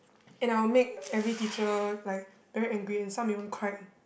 and I will make every teacher like very angry and some even cried